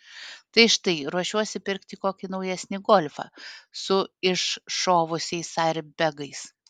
tai štai ruošiuosi pirkti kokį naujesnį golfą su iššovusiais airbegais